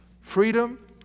Freedom